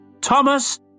Thomas